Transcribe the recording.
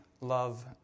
love